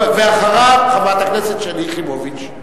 אחריו, חברת הכנסת שלי יחימוביץ.